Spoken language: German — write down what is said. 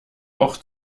auch